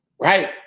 right